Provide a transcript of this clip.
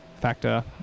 factor